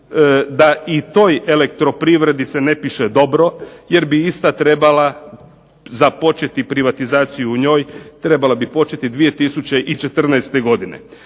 da i toj elektroprivredi se ne piše dobro jer bi ista trebala započeti privatizaciju u njoj, trebala bi početi 2014. godine.